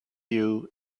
you